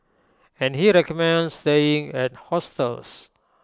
and he recommends staying at hostels